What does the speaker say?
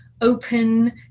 open